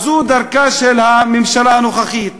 זו דרכה של הממשלה הנוכחית